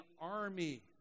army